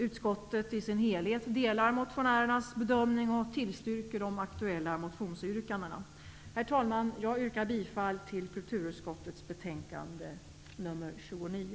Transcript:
Utskottet delar motionärernas bedömning och tillstyrker de aktuella motionsyrkandena. Herr talman! Jag yrkar bifall till kulturutskottets hemställan i betänkande 29.